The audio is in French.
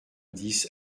dix